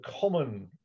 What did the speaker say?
common